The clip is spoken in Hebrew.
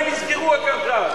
למה הם נזכרו רק עכשיו?